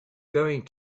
going